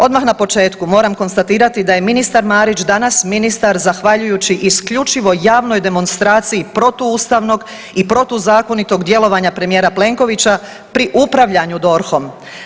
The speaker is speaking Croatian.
Odmah na početku moram konstatirati da je ministar Marić danas ministar zahvaljujući isključivo javnoj demonstraciji protuustavnog i protuzakonitog djelovanja premijera Plenkovića pri upravljanju DORH-om.